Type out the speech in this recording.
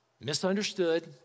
misunderstood